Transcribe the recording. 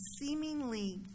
seemingly